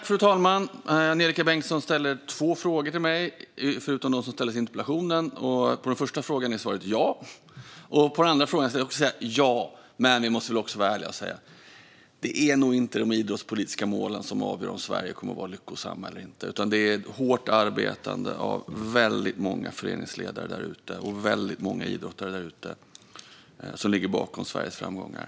Fru talman! Angelika Bengtsson ställer två frågor till mig, förutom dem som ställdes i interpellationen. På den första frågan är svaret ja. På den andra frågan skulle jag också säga ja. Men vi måste väl också vara ärliga och säga: Det är nog inte de idrottspolitiska målen som avgör om Sverige kommer att vara lyckosamt eller inte, utan det är hårt arbete av väldigt många föreningsledare och idrottare där ute som ligger bakom Sveriges framgångar.